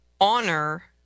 Honor